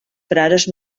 frares